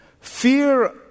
Fear